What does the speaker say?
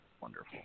Wonderful